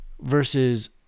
versus